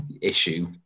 issue